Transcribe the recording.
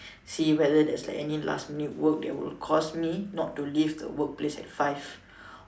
see if whether there's any last minute work that will cause me not to leave my work place at five